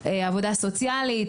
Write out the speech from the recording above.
עבודה סוציאלית,